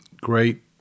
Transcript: great